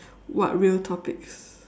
what real topics